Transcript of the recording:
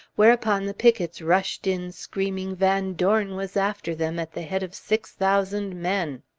whereupon the pickets rushed in screaming van dorn was after them at the head of six thousand men.